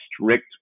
strict